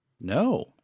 No